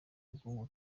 bwonko